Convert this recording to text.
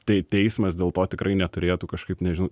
tai teismas dėl to tikrai neturėtų kažkaip nežinau